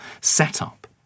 setup